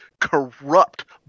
corrupt